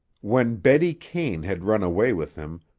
when betty kane had run away with him,